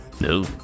No